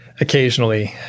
occasionally